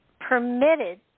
permitted